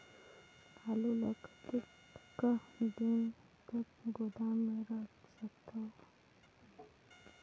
आलू ल कतका दिन तक गोदाम मे रख सकथ हों?